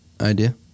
idea